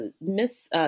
Miss